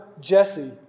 Jesse